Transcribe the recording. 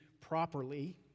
properly